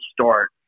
start